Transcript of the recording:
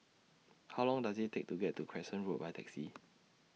How Long Does IT Take to get to Crescent Road By Taxi